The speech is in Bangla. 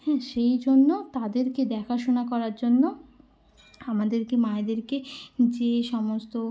হ্যাঁ সেই জন্য তাদেরকে দেখাশোনা করার জন্য আমাদেরকে মায়েদেরকে যে সমস্ত